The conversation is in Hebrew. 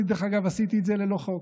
אני דרך אגב עשיתי את זה ללא חוק.